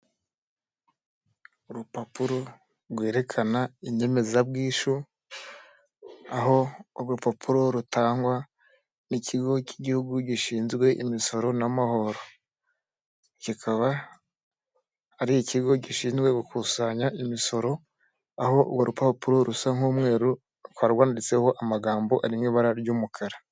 Urupapuro rwerekana inyemezabwishyu, aho urwo urupapuro rutangwa n'ikigo k'igihugu gishinzwe imisoro n'amahoro, kikaba ari ikigo gishinzwe gukusanya imisoro, aho urwo rupapuro rusa nk'umweru, rukaba rwanditseho amagambo ari mu ibara ry'umukara.